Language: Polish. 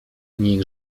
niech